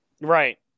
Right